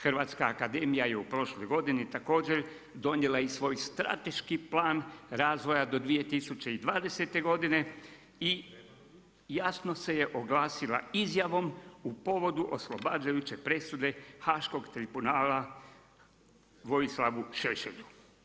Hrvatska akademija je u prošloj godini također donijela i svoj strateški plan razvoja do 2020. godine i jasno se je oglasila izjavom povodom oslobađajuće presude Haškog tribunala Vojislavu Šešelju.